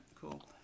cool